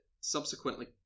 subsequently